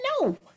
No